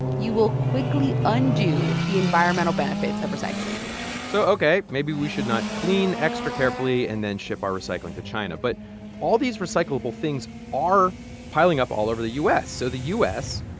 you will quickly undo the environmental benefits of recycling so, ok, maybe we should not clean extra carefully and then ship our recycling to china. but all these recyclable things are piling up all over the u s. so the u s.